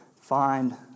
find